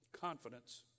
confidence